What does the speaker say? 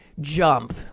jump